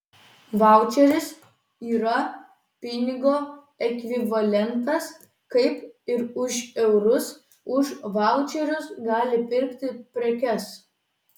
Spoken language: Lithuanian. vaučeris yra pinigo ekvivalentas kaip ir už eurus už vaučerius gali pirkti prekes